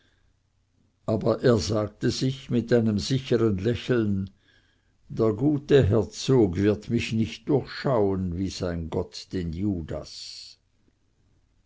aber er sagte sich mit einem sichern lächeln der gute herzog wird mich nicht durchschauen wie sein gott den judas